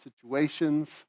situations